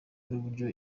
n’uburyo